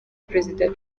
perezida